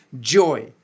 joy